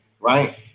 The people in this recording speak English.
right